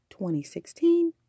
2016